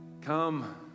Come